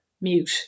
Mute